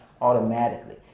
automatically